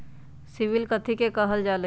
CIBIL कथि के काहल जा लई?